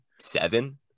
seven